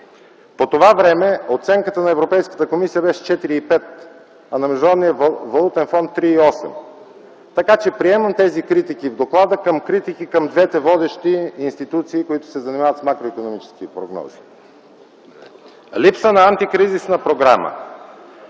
По това време оценката на Европейската комисия беше 4,5%, а на Международния валутен фонд – 3,8%. Приемам тези критики в доклада като критики към двете водещи институции, които се занимават с макроикономическите прогнози. Липса на антикризисна програма.